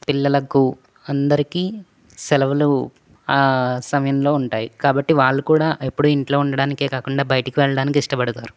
పిల్లలకు అందరికీ సెలవులు ఆ సమయంలో ఉంటాయి కాబట్టి వాళ్ళు కూడా ఎప్పుడూ ఇంట్లో ఉండడానికే కాకుండా బయటకి వెళ్ళడానికి ఇష్టపడతారు